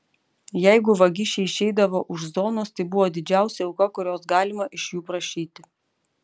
jeigu vagišiai išeidavo už zonos tai buvo didžiausia auka kurios galima iš jų prašyti